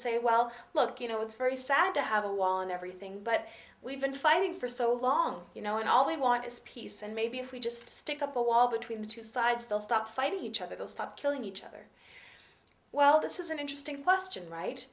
say well look you know it's very sad to have a wall and everything but we've been fighting for so long you know and all they want is peace and maybe if we just stick up a wall between the two sides they'll stop fighting each other they'll stop killing each other well this is an interesting question right